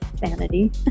sanity